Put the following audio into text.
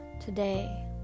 today